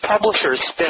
publishers